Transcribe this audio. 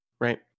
right